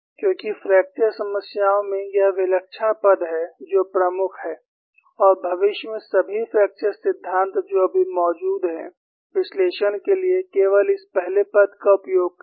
क्योंकि फ्रैक्चर समस्याओं में यह विलक्षण पद है जो प्रमुख है और भविष्य में सभी फ्रैक्चर सिद्धांत जो अभी मौजूद हैं विश्लेषण के लिए केवल इस पहले पद का उपयोग करें